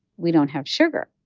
we don't have sugar.